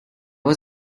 was